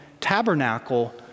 Tabernacle